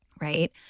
right